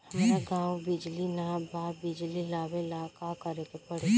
हमरा गॉव बिजली न बा बिजली लाबे ला का करे के पड़ी?